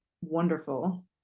wonderful